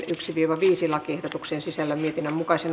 lakiehdotuksen sisällön mietinnön mukaisena